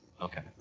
Okay